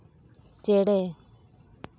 ᱪᱮᱬᱮ